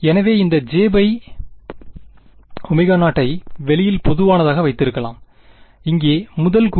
எனவே இந்த jω0ஐ வெளியில் பொதுவானதாக வைத்திருக்கலாம் இங்கே முதல் கூறு